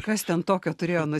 kas ten tokio turėjo nu